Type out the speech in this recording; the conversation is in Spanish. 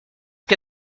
que